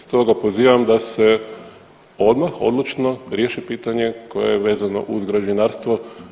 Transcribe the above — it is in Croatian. Stoga pozivam da se odmah odlučno riješi pitanje koje je vezano uz građevinarstvo.